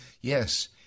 Yes